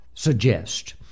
Suggest